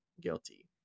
guilty